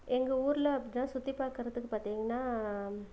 எங்கள் ஊரில் அப்படின்னா சுற்றி பார்க்கறதுக்கு பார்த்தீங்கன்னா